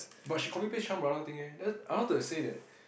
but she copy paste Chan-Brother thing eh then I was to say that